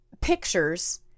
pictures